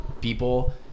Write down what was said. people